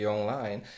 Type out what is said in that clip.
Online